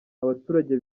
abaturage